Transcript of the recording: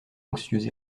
anxieuse